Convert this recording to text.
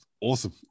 awesome